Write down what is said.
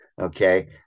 okay